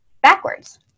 backwards